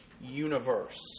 universe